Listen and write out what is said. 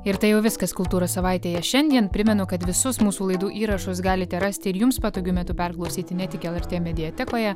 ir tai jau viskas kultūros savaitėje šiandien primenu kad visus mūsų laidų įrašus galite rasti ir jums patogiu metu perklausyti ne tik lrt mediatekoje